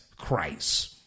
Christ